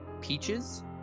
peaches